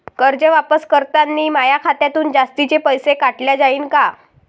कर्ज वापस करतांनी माया खात्यातून जास्तीचे पैसे काटल्या जाईन का?